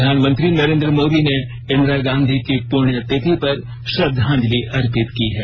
प्रधानमंत्री नरेंद्र मोदी ने इंदिरा गांधी की पुण्यतिथि पर श्रद्धांजलि अर्पित की है